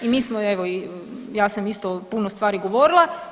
I mi smo evo i ja sam isto puno stvari govorila.